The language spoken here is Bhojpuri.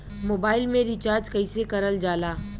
मोबाइल में रिचार्ज कइसे करल जाला?